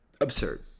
Absurd